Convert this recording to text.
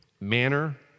manner